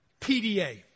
PDA